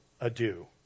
adieu